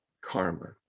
karma